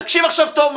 תקשיבו טוב טוב,